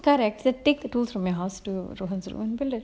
correct that take the tools from your house too rohan's room